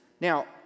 Now